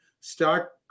start